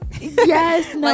yes